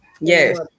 yes